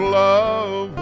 love